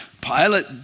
Pilate